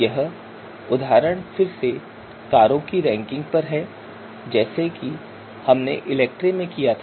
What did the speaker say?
यह उदाहरण फिर से कारों की रैंकिंग पर है जैसे हमने ELECTRE में किया था